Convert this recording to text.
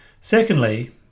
Secondly